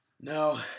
No